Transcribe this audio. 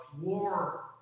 war